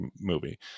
movie